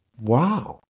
Wow